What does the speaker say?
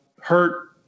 hurt